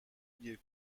گیر